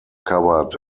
covered